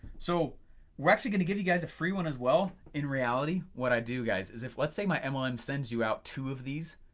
so we're actually gonna give you guys a free one as well. in reality, what i do guys is if lets say my mlm um ah and sends you out two of these,